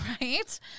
Right